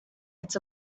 it’s